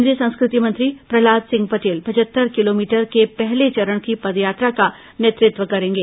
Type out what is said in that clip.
केंद्रीय संस्कृति मंत्री प्रह्लाद सिंह पटेल पचहत्तर किलोमीटर के पहले चरण की पदयात्रा का नेतृत्व करेंगे